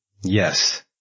Yes